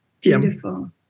Beautiful